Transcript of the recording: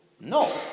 No